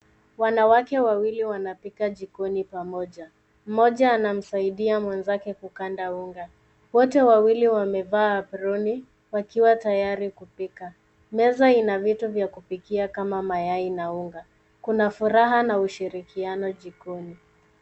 Wanawake wawili wanapika jikoni pamoja mmoja anamsaidia mwenzake kukanda unga wote wawili wamevaa aproni wakiwa tayari kupika meza ina vitu vya kupikia kama mayai na unga kuna furaha na ushirikiano jikoni.